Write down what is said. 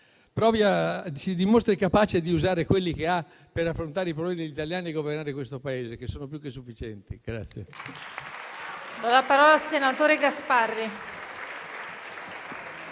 si dimostri capace di usare quelli che ha per affrontare i problemi degli italiani e governare questo Paese, che sono più che sufficienti.